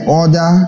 order